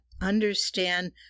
understand